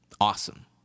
awesome